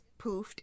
poofed